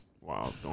Wow